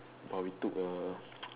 but we took a